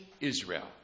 Israel